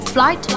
Flight